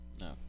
no